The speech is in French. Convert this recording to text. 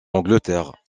angleterre